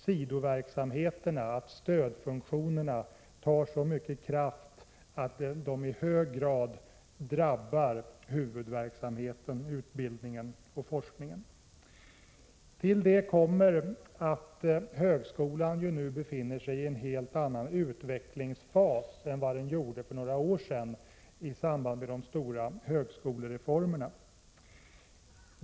Sidoverksamheterna, stödfunktionerna tar så mycket kraft att huvudverksamheten, utbildningen och forskningen, drabbas. Till detta kommer att högskolan nu befinner sig i en helt annan utvecklingsfas än för några år sedan, då de stora högskolereformerna genomfördes.